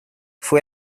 fue